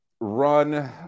run